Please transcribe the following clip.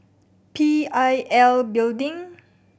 P I L Building